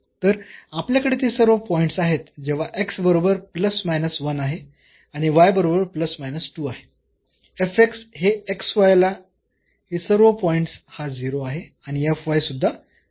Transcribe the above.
तर आपल्याकडे ते सर्व पॉईंट्स आहेत जेव्हा बरोबर आहे आणि y बरोबर आहे हे ला हे सर्व पॉईंट्स हा 0 आहे आणि सुद्धा 0 आहे